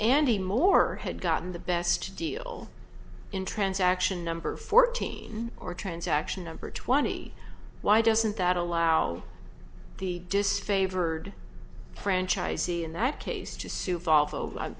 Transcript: andy moore had gotten the best deal in transaction number fourteen or transaction number twenty why doesn't that allow the disfavored franchisee in that case